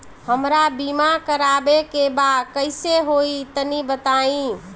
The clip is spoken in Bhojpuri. हमरा बीमा करावे के बा कइसे होई तनि बताईं?